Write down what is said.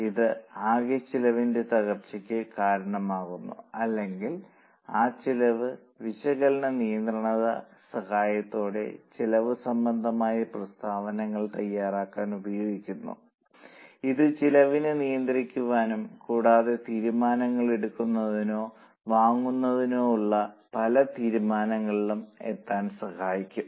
ഇത് ആകെ ചെലവിന്റെ തകർച്ചക്ക് കാരണമാകുന്നു അല്ലെങ്കിൽ ആ ചെലവ് വിശകലന നിയന്ത്രിത സഹായത്തോടെ ചെലവ് സംബന്ധമായ പ്രസ്താവനകൾ തയ്യാറാക്കാൻ ഉപയോഗിക്കുന്നു ഇത് ചെലവിന് നിയന്ത്രിക്കാനും കൂടാതെ തീരുമാനങ്ങൾ എടുക്കാനോ വാങ്ങാനോ ഉള്ള പല തീരുമാനങ്ങളിലും എത്താൻ സഹായിക്കും